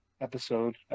episode